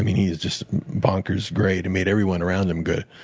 he is just bonkers great and made everyone around him good.